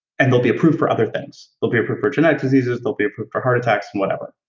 and they'll be approved for other things. they'll be approved for genetic diseases, they'll be approved for heart attacks and whatever,